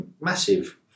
massive